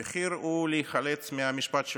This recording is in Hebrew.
המחיר הוא להיחלץ מהמשפט שלו.